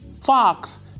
Fox